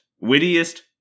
wittiest